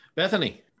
Bethany